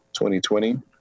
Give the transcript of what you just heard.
2020